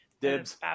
Dibs